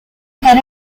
head